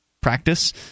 practice